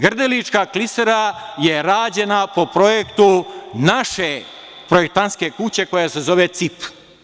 Grdelička klisura je rađena po projektu naše projektantske kuće koja se zove CIP.